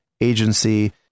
agency